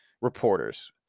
reporters